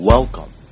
Welcome